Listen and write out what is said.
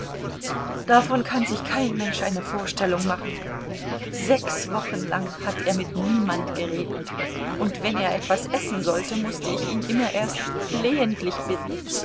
davon kann sich kein mensch eine vorstellung machen sechs wochen lang hat er mit niemand geredet und wenn er etwas essen sollte mußte ich ihn immer erst flehentlich bitten